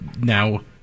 now